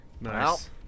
Nice